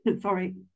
Sorry